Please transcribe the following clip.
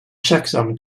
checksum